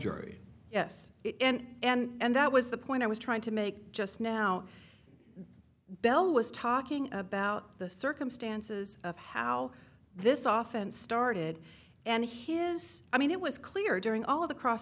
yes and that was the point i was trying to make just now bell was talking about the circumstances of how this often started and his i mean it was clear during all of the cross